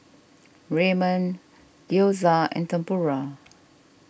Ramen Gyoza and Tempura